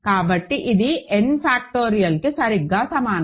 కాబట్టి ఇది n ఫాక్టోరియల్కి సరిగ్గా సమానం